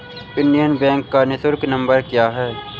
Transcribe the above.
Indian Bank का निःशुल्क number क्या है?